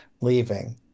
Leaving